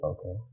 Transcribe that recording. Okay